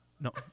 No